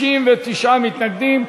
59 מתנגדים.